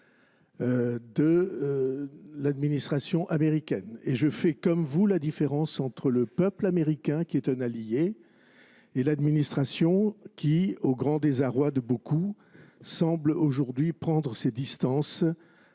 de l’administration américaine. Je fais comme vous la différence entre le peuple américain, qui est un allié, et l’administration américaine qui, au grand désarroi de beaucoup, semble aujourd’hui prendre ses distances